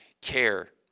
care